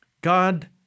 God